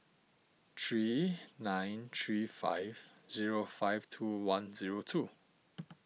three nine three five zero five two one zero two